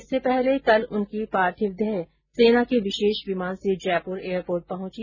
इससे पहले कल उनकी पार्थिव देह सेना के विशेष विमान से जयपुर एयरपोर्ट पर पहुंची